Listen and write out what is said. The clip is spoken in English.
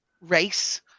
race